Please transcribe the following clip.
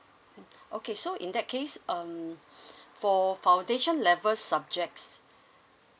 okay so in that case um for foundation levels subjects